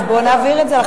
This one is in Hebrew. אז בוא נעביר את זה.